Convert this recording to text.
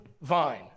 vine